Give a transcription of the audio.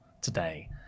today